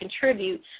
contribute